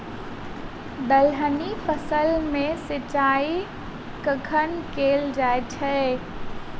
दलहनी फसल मे सिंचाई कखन कैल जाय छै?